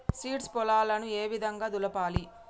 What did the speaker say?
Seeds పొలాలను ఏ విధంగా దులపాలి?